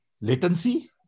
latency